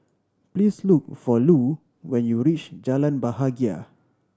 please look for Lu when you reach Jalan Bahagia